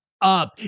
up